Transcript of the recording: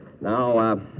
Now